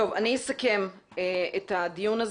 אני מסכמת את הדיון,